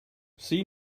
see